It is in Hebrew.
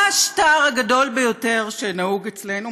מה השטר הגדול ביותר שנהוג אצלנו?